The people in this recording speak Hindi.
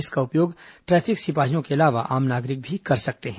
इसका उपयोग ट्रैफिक सिपाहियों के अलावा आम नागरिक भी कर सकते हैं